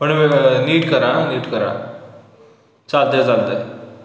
पण नीट करा हा नीट करा चालतं आहे चालतं आहे